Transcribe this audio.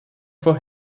for